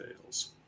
fails